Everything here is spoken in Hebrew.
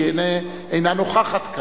שהיא אינה נוכחת כאן,